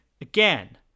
Again